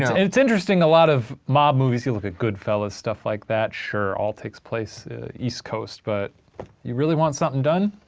it's interesting a lot of mob movies, you look at goodfellas, stuff like that, sure, all takes place east coast. but you really want something done?